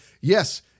Yes